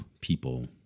people